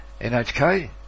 NHK